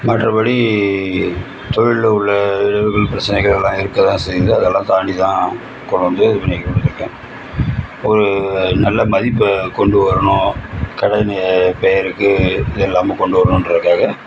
மற்றபடி தொழிலில் உள்ள பிரச்சனைகளெலாம் இருக்கத்தான் செய்து அதெல்லாம் தாண்டிதான் கொண்டு வந்து இன்னிக்கு இப்படி இருக்கேன் ஒரு நல்ல மதிப்பை கொண்டு வரணும் கடைங்க பெயருக்கு இது இல்லாமல் கொண்டு வரணுன்கிறதுக்காக